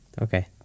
Okay